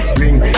ring